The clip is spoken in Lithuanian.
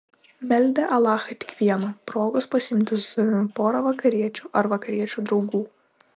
meldė alachą tik vieno progos pasiimti su savimi porą vakariečių ar vakariečių draugų